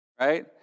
right